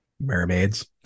Mermaids